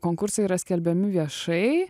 konkursai yra skelbiami viešai